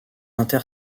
inter